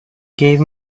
gave